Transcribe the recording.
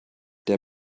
der